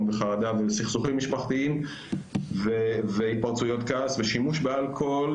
וחרדה וסכסוכים משפחתיים והתפרצויות כעס ושימוש באלכוהול.